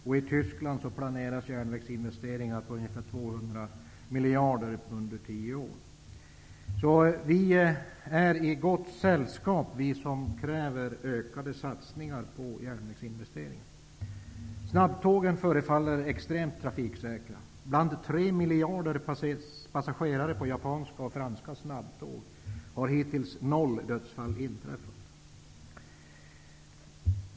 I Tyskland planeras järnvägsinvesteringar på ungefär 200 miljarder under tio år. Vi som kräver ökade satsningar på järnvägsinvesteringar är i gott sällskap. Snabbtågen förefaller vara extremt trafiksäkra. Bland tre miljoner passagerare på japanska och franska snabbtåg har hittills noll dödsfall inträffat.